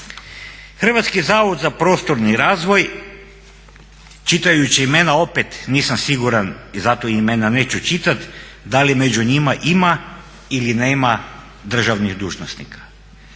Hrvatski zavod za prostorni razvoj čitajući imena opet nisam siguran i zato imena neću čitati, da li među njima ima ili nema državnih dužnosnika.